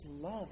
love